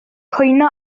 cwyno